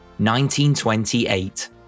1928